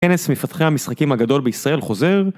כנס מפתחי המשחקים הגדול בישראל חוזר